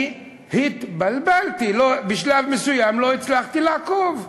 אני התבלבלתי, בשלב מסוים לא הצלחתי לעקוב,